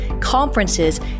conferences